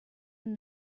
than